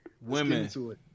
Women